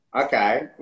Okay